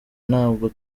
ntabwo